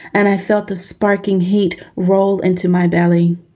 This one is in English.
and i felt the sparking heat rolled into my belly.